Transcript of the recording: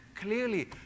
clearly